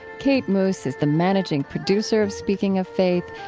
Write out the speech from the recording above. kate moos is the managing producer of speaking of faith,